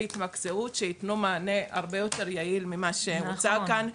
התמקצעות שיתנו מענה הרבה יותר יעיל ממה שמוצע כאן.